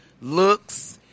looks